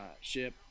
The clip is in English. ship